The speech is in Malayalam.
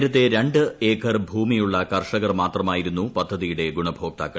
നേരത്തെ രണ്ട് ഏക്കർ ഭൂമിയുള്ള കർഷകർ മാത്രമായിരൂന്നു പദ്ധതിയുടെ ഗുണഭോക്താക്കൾ